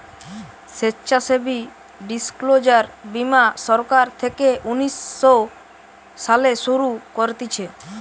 স্বেচ্ছাসেবী ডিসক্লোজার বীমা সরকার থেকে উনিশ শো সালে শুরু করতিছে